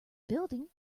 building